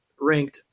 ranked